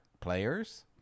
players